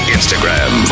Instagram